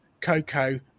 Coco